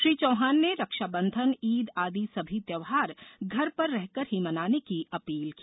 श्री चौहान ने रक्षाबंधन ईद आदि सभी त्यौहार घर पर रहकर ही मनाने की अपील की